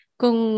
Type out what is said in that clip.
kung